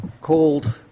called